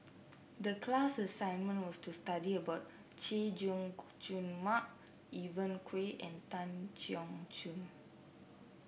the class assignment was to study about Chay Jung Jun Mark Evon Kow and Tan Keong Choon